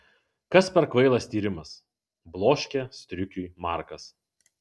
kas per kvailas tyrimas bloškė striukiui markas